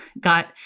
got